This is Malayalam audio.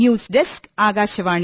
news desk Akashvani